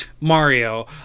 Mario